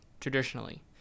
traditionally